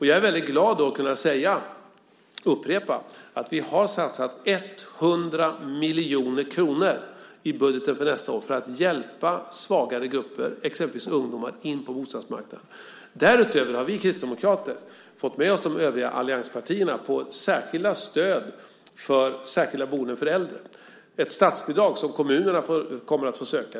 Jag är väldigt glad att kunna upprepa att vi har satsat 100 miljoner kronor i budgeten för nästa år för att hjälpa svagare grupper, exempelvis ungdomar, in på bostadsmarknaden. Därutöver har vi kristdemokrater fått med oss de övriga allianspartierna på särskilda stöd för särskilda boenden för äldre. Det handlar om ett statsbidrag som kommunerna kommer att få söka.